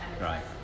Right